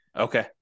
Okay